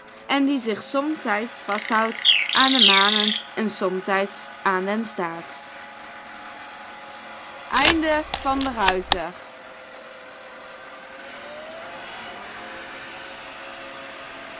en die zich somtijds vasthoudt aan de manen en somtijds aan den staart